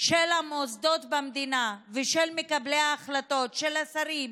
של המוסדות במדינה ושל מקבלי ההחלטות, של השרים,